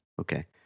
Okay